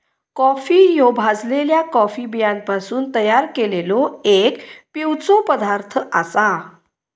coffee ह्यो भाजलल्या coffee बियांपासून तयार केललो एक पिवचो पदार्थ आसा